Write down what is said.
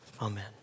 Amen